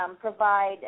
provide